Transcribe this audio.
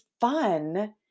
fun